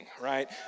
right